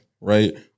right